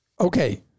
Okay